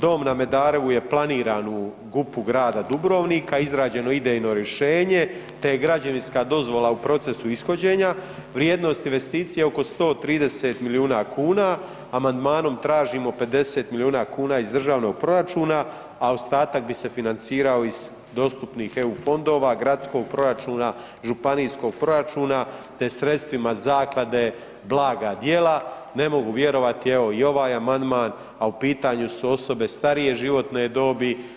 Dom na Medarevu je planiran u GUP-u grada Dubrovnika, izrađeno idejno rješenje, te je građevinska dozvola u procesu ishođenja, vrijednost investicije oko 130 milijuna kuna, amandmanom tražimo 50 milijuna kuna iz državnog proračuna, a ostatak bi se financirao iz dostupnih EU fondova, gradskog proračuna, županijskog proračuna, te sredstvima Zaklade „Blaga djela“ ne mogu vjerovati evo i ovaj amandman, a u pitanju su osobe starije životne dobi.